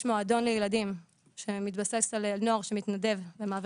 יש מועדון לילדים שמתבסס על נוער שמתנדב ומעביר